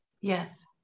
Yes